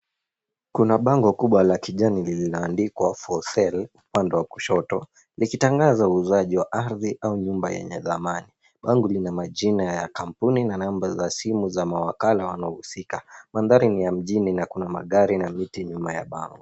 Kuna bango kubwa la kijani lililoandikwa FOR SALE upande wa kushoto likitangaza uuzaji wa ardhi au nyumba yenye dhamani. Bango lina majina za kampuni na namba za simu za mawakala wanaohusika. Mandhari ni ya mjini na kuna magari na miti nyuma ya bango.